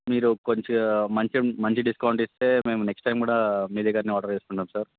మీరు కొంచెం మంచి మంచి డిస్కౌంట్ ఇస్తే మేము నెక్స్ట్ టైమ్ కూడా మీ దగ్గర ఆర్డర్ చేసుకుంటాం సార్